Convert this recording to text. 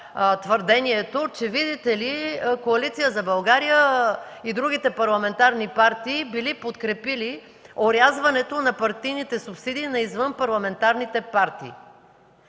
твърдението, че, видите ли, Коалиция за България и другите парламентарни партии били подкрепили орязването на партийните субсидии на извънпарламентарните партии.